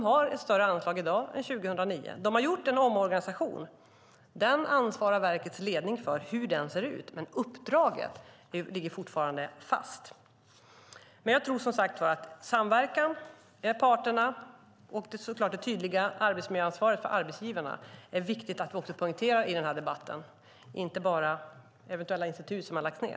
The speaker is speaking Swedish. Hur den ser ut ansvarar verkets ledning för, men uppdraget ligger fortfarande fast. Jag tror, som sagt var, att samverkan mellan parterna och såklart det tydliga arbetsmiljöansvaret för arbetsgivarna också är viktiga att poängtera i debatten, inte bara eventuella institut som har lagts ned.